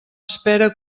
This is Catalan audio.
espere